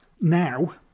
Now